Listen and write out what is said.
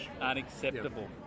unacceptable